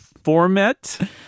format